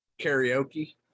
karaoke